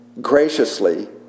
graciously